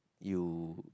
you